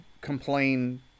complain